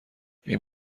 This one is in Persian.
این